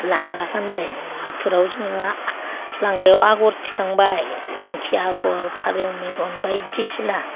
लांगा गानबायफोराव जोङो लांगायाव आग'र थिखांबाय दिंखिया आग'र फारौ मेगन बायदिसिना